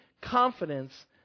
confidence